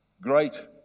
great